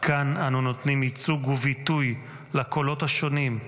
כאן אנו נותנים ייצוג וביטוי לקולות השונים,